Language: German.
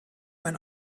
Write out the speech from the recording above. mein